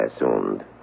assumed